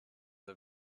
der